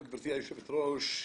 גבירתי היושבת ראש.